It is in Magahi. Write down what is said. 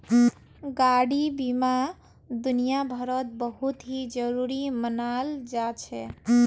गाडी बीमा दुनियाभरत बहुत ही जरूरी मनाल जा छे